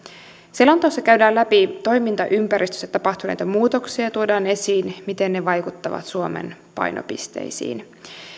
selonteossa käydään läpi toimintaympäristössä tapahtuneita muutoksia ja tuodaan esiin miten ne vaikuttavat suomen painopisteisiin